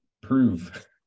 prove